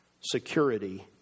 security